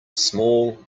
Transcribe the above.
small